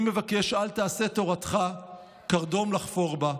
אני מבקש: אל תעש תורתך קרדום לחפור בה,